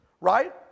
right